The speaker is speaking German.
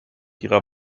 ihrer